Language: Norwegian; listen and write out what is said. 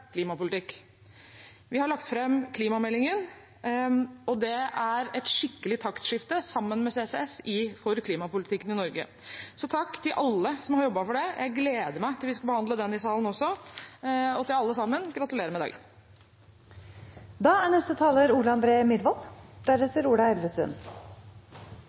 klimapolitikk. Vi har lagt fram klimameldingen, og det er, sammen med CCS, et skikkelig taktskifte for klimapolitikken i Norge. Så takk til alle som har jobbet for det! Jeg gleder meg til vi skal behandle den i salen også. Og til alle sammen: Gratulerer med dagen! Vi er